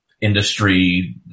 industry